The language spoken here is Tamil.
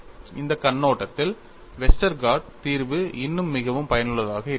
அந்தக் கண்ணோட்டத்தில் வெஸ்டர்கார்ட் தீர்வு இன்னும் மிகவும் பயனுள்ளதாக இருக்கிறது